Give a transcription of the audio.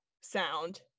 sound